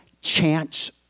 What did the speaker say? chance